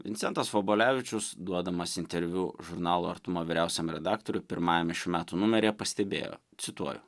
vincentas vobolevičius duodamas interviu žurnalo artuma vyriausiam redaktoriui pirmajame šių metų numeryje pastebėjo cituoju